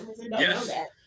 Yes